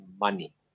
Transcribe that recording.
money